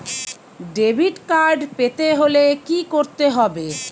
Debit card পেতে হলে কি করতে হবে?